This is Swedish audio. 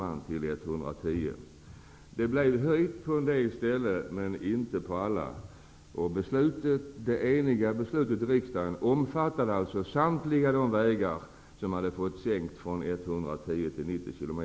Den tillåtna hastigheten höjdes på en del ställen men inte på alla. Det eniga beslutet i riksdagen omfattade samtliga vägar där hastigheten hade sänkts från 110 till 90 km/tim.